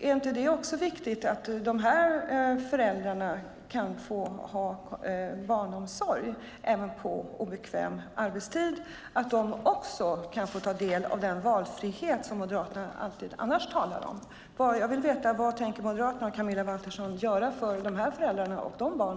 Är det inte viktigt att de här föräldrarna kan få barnomsorg även på obekväm arbetstid och att de också kan få ta del av den valfrihet som Moderaterna alltid annars talar om? Jag vill veta vad Moderaterna och Camilla Waltersson Grönvall tänker göra för dessa föräldrar och barn.